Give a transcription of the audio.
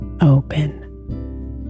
open